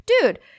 dude